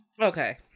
Okay